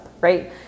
right